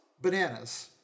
bananas